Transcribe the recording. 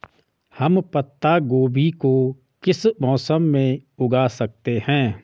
हम पत्ता गोभी को किस मौसम में उगा सकते हैं?